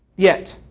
yet,